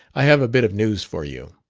i have a bit of news for you.